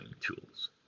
tools